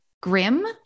Grim